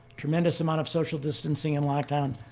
tremendous amount of social distancing and lockdown.